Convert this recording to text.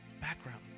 background